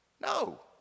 no